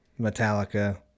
Metallica